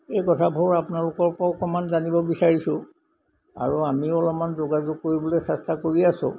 এই কথাবোৰ আপোনালোকৰ পৰা অকণমান জানিব বিচাৰিছোঁ আৰু আমিও অলপমান যোগাযোগ কৰিবলৈ চেষ্টা কৰি আছোঁ